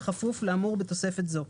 בכפוף לאמור בתוספת זו.